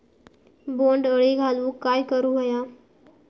बोंड अळी घालवूक काय करू व्हया?